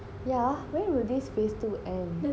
yeah where will this phase two end